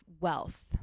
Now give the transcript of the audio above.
wealth